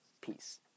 Peace